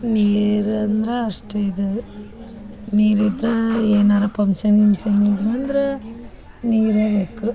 ನೀರಂದ್ರೆ ಅಷ್ಟು ಇದು ನೀರು ಇದ್ರೆ ಏನಾರೂ ಪಂಕ್ಷನ್ ಗಿಂಕ್ಷನ್ ಇದ್ವಂದ್ರೆ ನೀರು ಬೇಕು